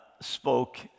spoke